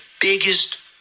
biggest